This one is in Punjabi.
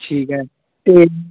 ਠੀਕ ਹੈ ਅਤੇ